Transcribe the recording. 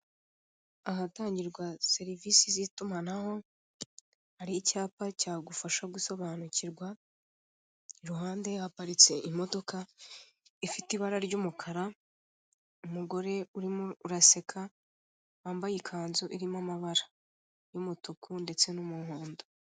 Ahatangirwa serivisi z'itumanaho, hari icyapa cyagufasha gusobanukirwa, iruhande haparitse imodoka ifite ibara ry'umukara, umugore urimo uraseka, wambaye ikanzu irimo amabara. Y'umutuku ndetse n'umuhondo.